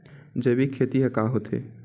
जैविक खेती ह का होथे?